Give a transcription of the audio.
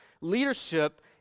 leadership